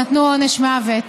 נתנו עונש מוות.